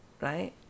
right